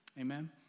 Amen